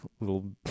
little